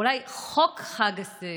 אולי חוק חג הסיגד,